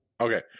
Okay